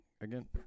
again